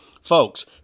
Folks